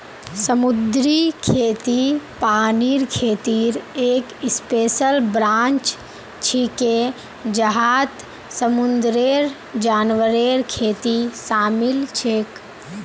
समुद्री खेती पानीर खेतीर एक स्पेशल ब्रांच छिके जहात समुंदरेर जानवरेर खेती शामिल छेक